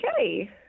okay